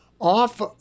off